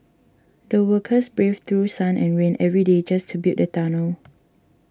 the workers braved through sun and rain every day just to build the tunnel